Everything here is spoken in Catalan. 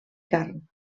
carn